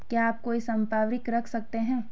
क्या आप कोई संपार्श्विक रख सकते हैं?